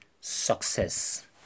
success